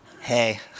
Hey